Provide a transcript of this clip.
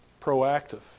proactive